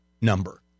number